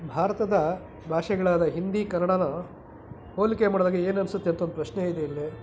ಭಾರತದ ಭಾಷೆಗಳಾದ ಹಿಂದಿ ಕನ್ನಡಾನ ಹೋಲಿಕೆ ಮಾಡಿದಾಗ ಏನು ಅನ್ಸುತ್ತೆ ಅಂತ ಒಂದು ಪ್ರಶ್ನೆ ಇದೆ ಇಲ್ಲಿ